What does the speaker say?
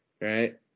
right